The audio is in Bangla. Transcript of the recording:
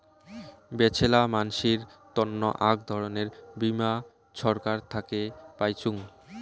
বেছেরা মানসির তন্ন আক ধরণের বীমা ছরকার থাকে পাইচুঙ